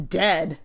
dead